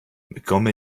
bekomme